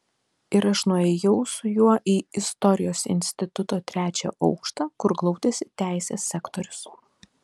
ir aš nuėjau su juo į istorijos instituto trečią aukštą kur glaudėsi teisės sektorius